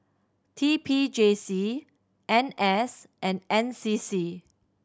T P J C N S and N C C